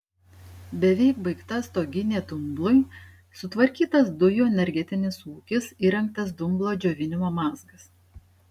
beveik baigta stoginė dumblui sutvarkytas dujų energetinis ūkis įrengtas dumblo džiovinimo mazgas